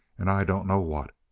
and i dunno what.